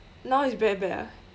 now it's very bad ah